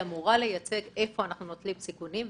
היא אמורה לייצג איפה אנחנו נוטלים סיכונים,